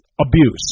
abuse